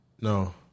No